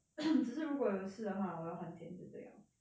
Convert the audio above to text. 只是如果有事的话我要还钱就对了